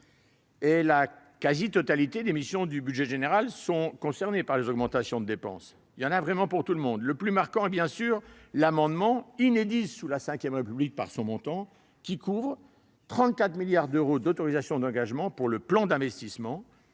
Et la quasi-totalité des missions du budget général est concernée par les augmentations de dépenses. Il y en a vraiment pour tout le monde ! Le plus marquant est bien sûr l'amendement, inédit sous la V République par son montant, qui ouvre 34 milliards d'euros d'autorisations d'engagement pour le plan d'investissement